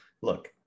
Look